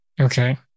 okay